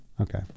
Okay